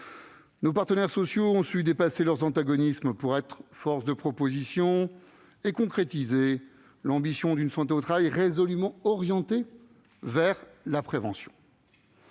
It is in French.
Nos partenaires sociaux ont su dépasser leurs antagonismes pour se faire force de proposition et concrétiser l'ambition d'une santé au travail résolument orientée vers la prévention.